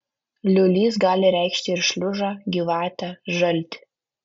liūlys gali reikšti ir šliužą gyvatę žaltį